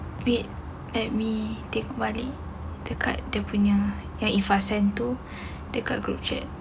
wait let me take worry dekat dia punya yang iffa send tu dekat group chat